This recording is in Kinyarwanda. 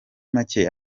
make